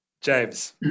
James